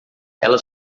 ela